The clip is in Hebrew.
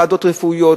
ועדות רפואיות,